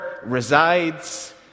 resides